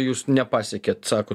jūs nepasiekėt sakot